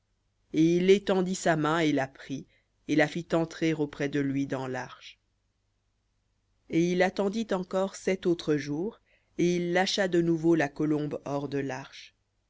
et il étendit sa main et la prit et la fit entrer auprès de lui dans larche et il attendit encore sept autres jours et il lâcha de nouveau la colombe hors de l'arche